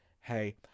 hey